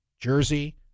jersey